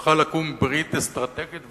צריכה לקום ברית אסטרטגית,